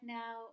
now